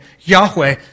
Yahweh